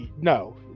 no